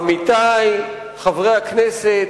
עמיתי חברי הכנסת,